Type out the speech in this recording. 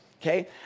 okay